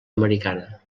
americana